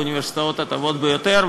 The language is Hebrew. באוניברסיטאות הטובות ביותר,